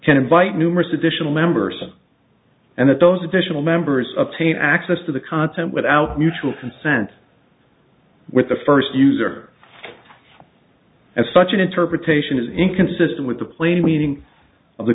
can invite numerous additional members and that those additional members of pain access to the content without mutual consent with the first user and such an interpretation is inconsistent with the plain meaning of the